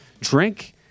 Drink